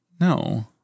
No